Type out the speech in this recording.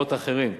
ממקורות אחרים,